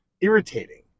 irritating